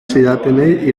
zidatenei